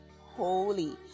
holy